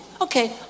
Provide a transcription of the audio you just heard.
okay